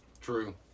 True